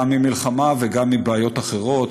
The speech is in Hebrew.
גם ממלחמה וגם מבעיות אחרות,